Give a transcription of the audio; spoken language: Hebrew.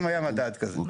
אם היה מדד כזה.